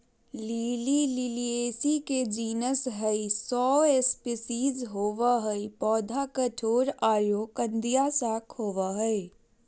lily Liliaceae के genus हई, सौ स्पिशीज होवअ हई, पौधा कठोर आरो कंदिया शाक होवअ हई